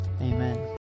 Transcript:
Amen